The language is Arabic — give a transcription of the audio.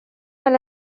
على